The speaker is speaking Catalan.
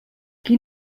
qui